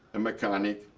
a mechanic,